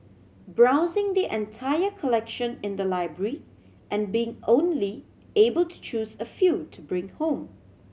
browsing the entire collection in the library and being only able to choose a few to bring home